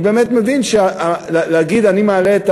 אני באמת מבין שלהגיד: אני מעלה את